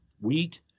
wheat